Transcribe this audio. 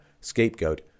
scapegoat